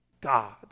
God